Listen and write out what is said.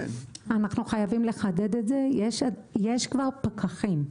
אנחנו חייבים לחדד את זה: יש כבר פקחים.